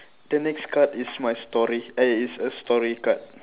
the next card is my story eh it's a story card